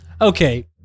Okay